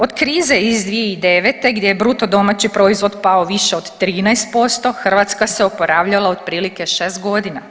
Od krize iz 2009. gdje je bruto domaći proizvod pao više od 13% Hrvatska se oporavljala otprilike šest godina.